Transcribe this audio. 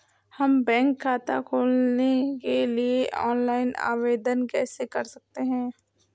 हम बैंक खाता खोलने के लिए ऑनलाइन आवेदन कैसे कर सकते हैं?